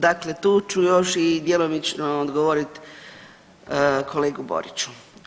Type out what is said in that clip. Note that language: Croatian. Dakle tu ću još i djelomično odgovori kolegi Boriću.